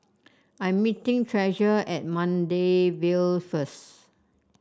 I'm meeting Treasure at Maida Vale first